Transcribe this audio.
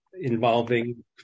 involving